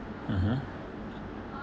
mmhmm